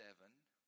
Seven